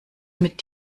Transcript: mit